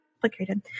complicated